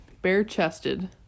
bare-chested